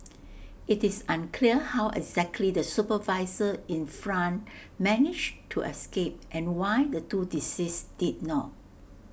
IT is unclear how exactly the supervisor in front managed to escape and why the two deceased did not